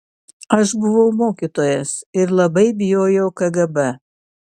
aš buvau mokytojas ir labai bijojau kgb